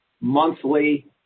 monthly